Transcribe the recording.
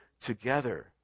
together